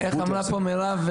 איך אמרה פה מירב?